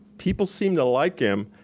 people seem to like him,